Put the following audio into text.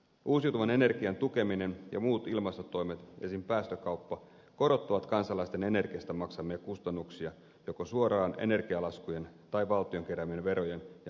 uusiutuvan energian tukeminen ja muut ilmastotoimet esimerkiksi päästökauppa korottavat kansalaisten energiasta maksamia kustannuksia joko suoraan energialaskujen tai valtion keräämien verojen ja maksujen kautta